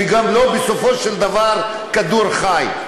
וגם לא בסופו של דבר כדור חי.